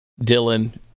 Dylan